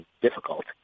difficult